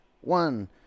One